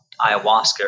ayahuasca